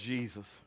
Jesus